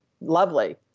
lovely